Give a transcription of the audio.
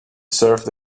serve